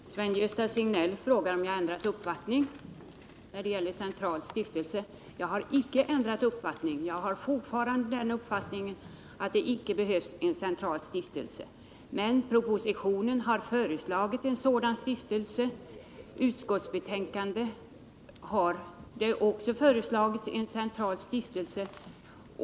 Herr talman! Sven-Gösta Signell frågar om jag ändrat uppfattning när det gäller den centrala stiftelsen. Jag har icke ändrat uppfattning utan anser fortfarande att det icke behövs en central stiftelse. Men i propositionen föreslås en sådan stiftelse, och detta förslag har tillstyrkts av utskottet.